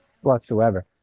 whatsoever